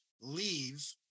leave